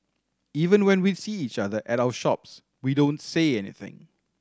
even when we see each other at our shops we don't say anything